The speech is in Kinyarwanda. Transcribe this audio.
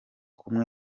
kumwe